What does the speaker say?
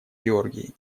георгий